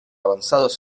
avanzados